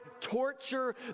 torture